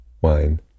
wine